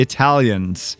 Italians